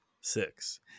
six